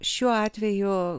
šiuo atveju